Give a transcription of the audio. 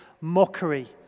mockery